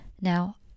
Now